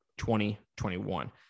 2021